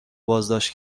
بازداشت